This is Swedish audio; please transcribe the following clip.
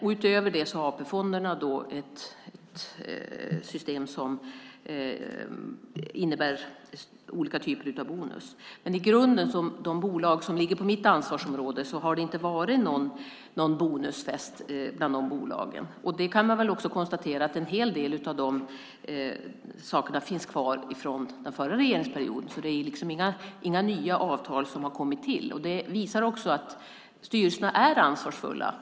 Utöver det har AP-fonderna ett system som innebär olika typer av bonus. Men i grunden har det inte varit någon bonusfest bland de bolag som ligger på mitt ansvarsområde. Man kan väl också konstatera att en hel del av de sakerna finns kvar från den förra regeringens period. Det är liksom inga nya avtal som har kommit till. Det visar också att styrelserna är ansvarsfulla.